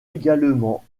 également